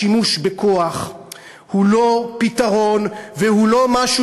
השימוש בכוח הוא לא פתרון והוא לא משהו